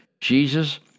Jesus